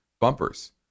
bumpers